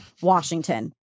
Washington